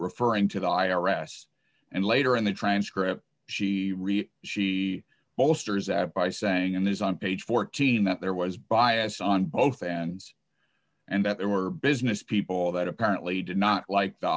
referring to the i r s and later in the transcript she she bolsters ad by saying in this on page fourteen that there was bias on both ends and that there were business people that apparently did not like the